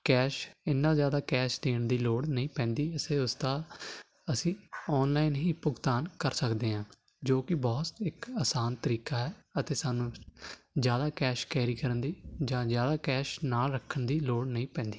cash ਇੰਨਾ ਜ਼ਿਆਦਾ cash ਦੇਣ ਦੀ ਲੋੜ ਨਹੀਂ ਪੈਂਦੀ ਅਸੀਂ ਉਸਦਾ ਅਸੀਂ ਆਨਲਾਈਨ ਹੀ ਭੁਗਤਾਨ ਕਰ ਸਕਦੇ ਹਾਂ ਜੋ ਕਿ ਬਹੁਤ ਇੱਕ ਆਸਾਨ ਤਰੀਕਾ ਹੈ ਅਤੇ ਸਾਨੂੰ ਜ਼ਿਆਦਾ ਕੈਸ਼ ਕੈਰੀ ਕਰਨ ਦੀ ਜਾਂ ਜ਼ਿਆਦਾ ਕੈਸ਼ ਨਾਲ ਰੱਖਣ ਦੀ ਲੋੜ ਨਹੀਂ ਪੈਂਦੀ